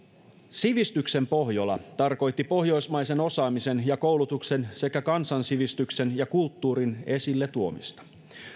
sivistyksen pohjola tarkoitti pohjoismaisen osaamisen ja koulutuksen sekä kansansivistyksen ja kulttuurin esille tuomista